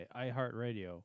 iHeartRadio